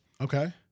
Okay